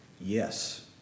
Yes